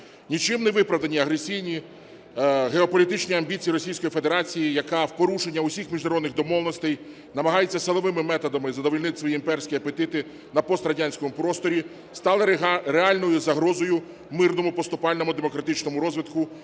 Нічим не виправдані агресивні геополітичні амбіції Російської Федерації, яка в порушення всіх міжнародних домовленостей намагається силовими методами задовольнити свої імперські апетити на пострадянському просторі, стала реальною загрозою мирному поступальному демократичному розвитку